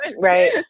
right